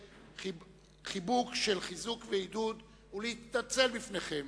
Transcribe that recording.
חיבוק של חיזוק ועידוד ולהתנצל בפניכן